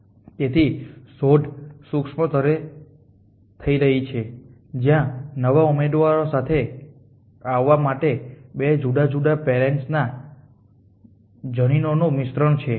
તેથી શોધ સૂક્ષ્મ સ્તરે થઈ રહી છે જ્યાં નવા ઉમેદવારો સાથે આવવા માટે બે જુદા જુદા પેરેન્ટ્સ ના જનીનોનું મિશ્રણ છે